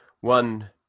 one